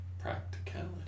Practicality